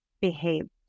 behaved